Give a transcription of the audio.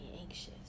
anxious